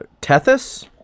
tethys